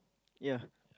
ya